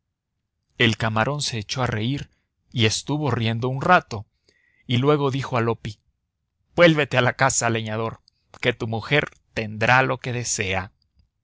el camarón se echó a reír y estuvo riendo un rato y luego dijo a loppi vuélvete a casa leñador que tu mujer tendrá lo que desea